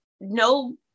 no